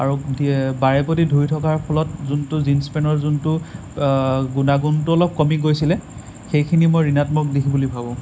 আৰু বাৰেপতি ধুই থকাৰ ফলত যোনটো জীন্স পেনৰ যোনটো গুনাগুণটো অলপ কমি গৈছিলে সেইখিনি মই ঋনাত্মক দিশ বুলি ভাবোঁ